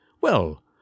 Well